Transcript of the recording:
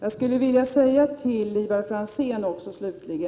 Jag skulle slutligen till Ivar Franzén vilja säga .